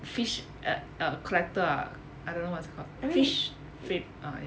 fish eh uh collector ah I don't know what's that called fish uh ya